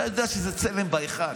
אתה יודע שזה צלם בהיכל.